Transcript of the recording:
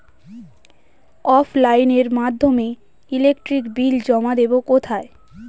অফলাইনে এর মাধ্যমে ইলেকট্রিক বিল জমা দেবো কোথায়?